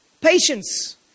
patience